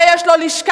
הרי יש לו לשכה,